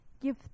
Give